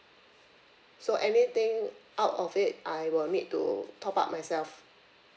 so anything out of it I will need to top up myself